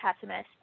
pessimist